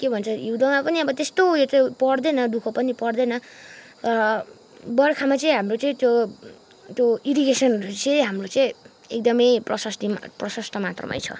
के भन्छ हिउँदोमा पनि अब त्यस्तो उयो चाहिँ पर्दैन दु ख पनि पर्दैन बर्खामा चाहिँ हाम्रो चाहिँ त्यो त्यो इरिगेसनहरू चाहिँ हाम्रो चाहिँ एकदमै प्रशस्त मात्रा प्रशस्त मात्रामै छ